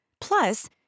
Plus